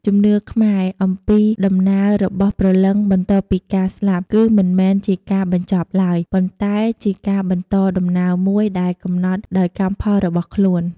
ជំនឿខ្មែរអំពីដំណើររបស់ព្រលឹងបន្ទាប់ពីការស្លាប់គឺមិនមែនជាការបញ្ចប់ឡើយ ប៉ុន្តែជាការបន្តដំណើរមួយដែលកំណត់ដោយកម្មផលរបស់ខ្លួន។